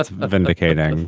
ah vindicator. and